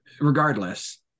regardless